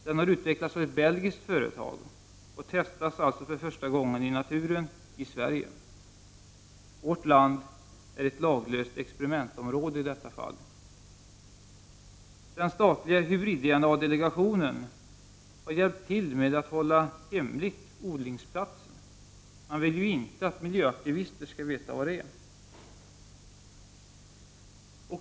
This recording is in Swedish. Den har utvecklats av ett belgiskt företag och testas för första gången i naturen i Sverige. Vårt land är ett laglöst experimentområde i detta fall. Den statliga hybrid-DNA delegationen har hjälpt till att hålla odlingsplatsen hemlig. Man vill ju inte att miljöaktivister skall veta var den är.